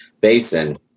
basin